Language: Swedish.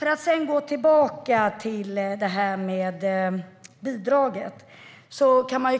Låt mig återgå till bidraget.